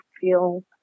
feel